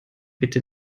bitte